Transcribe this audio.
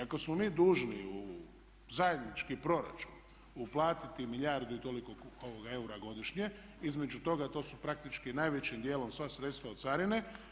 I ako smo mi dužni u zajednički proračun uplatiti milijardu i toliko eura godišnje, između toga jer to su praktički najvećim dijelom sva sredstva od carine.